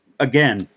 Again